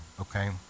okay